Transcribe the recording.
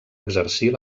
exercir